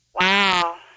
Wow